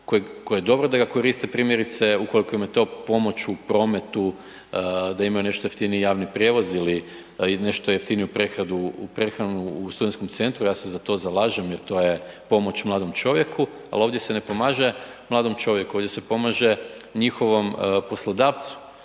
koji je dobro da ga koriste, primjerice, ukoliko imate, pomoć u prometu, da imaju nešto jeftiniji javni prijevoz ili nešto jeftiniju prehranu u studentskom centru, ja se za to zalažem jer to je pomoć mladom čovjeku, ali ovdje se ne pomaže mladom čovjeku, ovdje se pomaže njihovom poslodavcu